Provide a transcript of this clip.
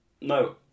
No